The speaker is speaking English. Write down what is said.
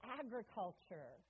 agriculture